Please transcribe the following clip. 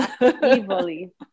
Evilly